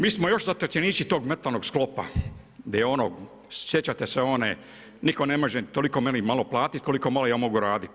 Mi smo još zatočenici tog metalnog sklopa, gdje je ono, sjećate se one, nitko ne može toliko mene malo platiti, koliko malo ja mogu raditi.